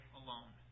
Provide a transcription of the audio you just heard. alone